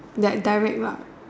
that direct lah